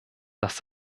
dass